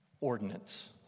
ordinance